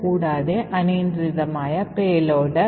ഈ പ്രത്യേക പ്രോഗ്രാമിന്റെ ഫലം എന്തായിരിക്കും